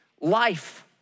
life